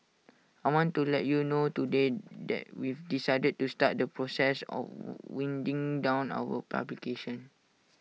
I want to let you know today that we've decided to start the process of winding down our publication